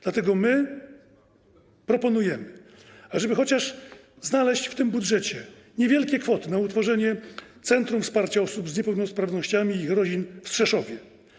Dlatego my proponujemy, ażeby znaleźć w tym budżecie chociaż niewielkie kwoty na utworzenie Centrum Wsparcia Osób z Niepełnosprawnościami i ich rodzin w Krzeszowie.